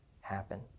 happen